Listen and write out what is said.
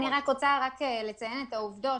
אני רק רוצה לציין את העובדות,